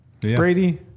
Brady